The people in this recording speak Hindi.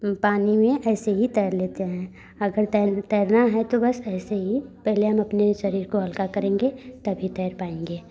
पानी में ऐसे ही तैर लेते हैं अगर तैर तैरना है तो बस ऐसे ही पहले हम अपने शरीर को हल्का करेंगे तभी तैर पाएँगे